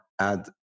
add